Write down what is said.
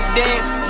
dance